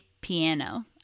piano